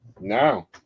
No